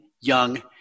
young